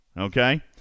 okay